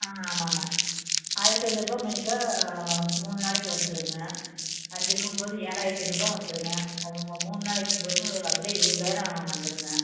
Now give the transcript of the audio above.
ஆ ஆமாங்க ஆயிரத்தி ஐநூறுபாய் மேனிக்கா மூணு நாளைக்கு வந்துடுங்க அஞ்சு ரூமுகும்போது ஏழாயிரத்தி ஐநூறுபா வந்துடுங்க மூணு நாளைக்கும்போது அதில் இருபதாயிரோம் வந்துடுங்க